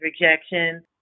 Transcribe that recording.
rejection